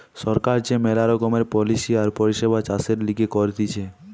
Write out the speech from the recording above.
সরকার যে মেলা রকমের পলিসি আর পরিষেবা চাষের লিগে করতিছে